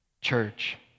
Church